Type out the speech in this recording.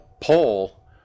poll